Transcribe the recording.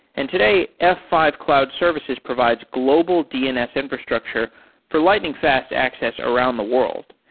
and today, f five cloud services provides global dns infrastructure for lighting fast access around the world.